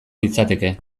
litzateke